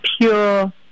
pure